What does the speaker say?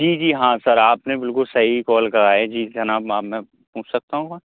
جی جی ہاں سر آپ نے بالکل صحیح کال کرا ہے جی جناب میں پوچھ سکتا ہوں